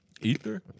ether